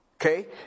Okay